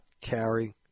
carry